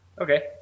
Okay